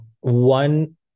One